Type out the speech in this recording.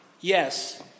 Yes